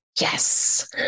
yes